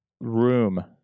room